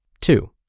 Two